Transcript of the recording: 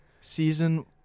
Season